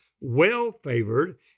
well-favored